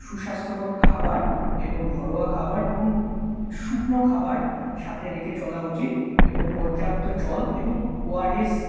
সুস্বাস্থ্যকর খাবার এবং ঘরোয়া খাবার এবং শুকনো খাবার সাথে রেখে চলা উচিত এবং পর্যাপ্ত জল এবং ওআরএস